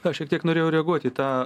aš šiek tiek norėjau reaguot į tą